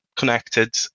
connected